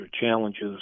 challenges